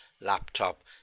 laptop